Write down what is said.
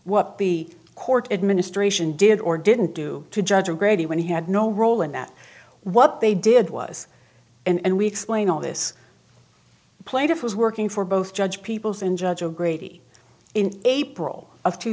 what the court administration did or didn't do to judge or grady when he had no role in that what they did was and we explain all this plaintiff was working for both judge peoples and judge of grady in april of two